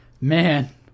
Man